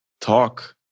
talk